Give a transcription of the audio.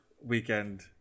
weekend